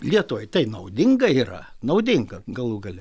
lietuvai tai naudinga yra naudinga galų gale